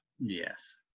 Yes